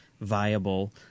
viable